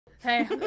Hey